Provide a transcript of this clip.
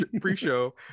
pre-show